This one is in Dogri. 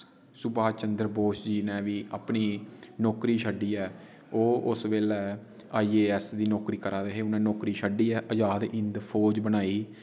सुबाश चंदर बोस जी ने बी अपनी नौकरी छड्डिये ओह् उस वेल्लै आई ए एस दी नौकरी करा दे हे उनै नौकरी छड्डिये अजाद हिन्द फौज बनाई